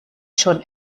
schon